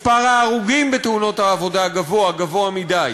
מספר ההרוגים בתאונות העבודה גבוה, גבוה מדי.